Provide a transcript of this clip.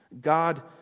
God